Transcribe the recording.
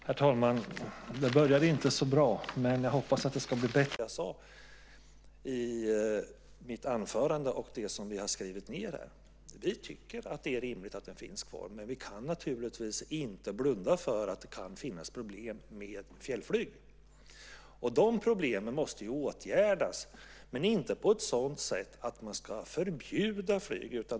Herr talman! Då blir det som Sven Bergström sade än en gång. Det var precis det jag sade i mitt anförande och det som vi har skrivit här. Vi tycker att det är rimligt att flyget finns kvar, men vi kan naturligtvis inte blunda för att det kan finnas problem med fjällflyget. De problemen måste åtgärdas, men inte på ett sådant sätt att flyg ska förbjudas.